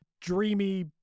dreamy